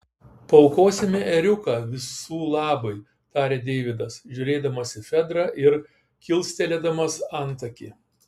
paaukosime ėriuką visų labui tarė deividas žiūrėdamas į fedrą ir kilstelėdamas antakį